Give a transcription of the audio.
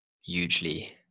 hugely